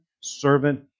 servant